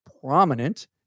prominent